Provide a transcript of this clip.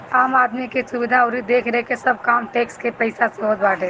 आम आदमी के सुविधा अउरी देखरेख के सब काम टेक्स के पईसा से होत बाटे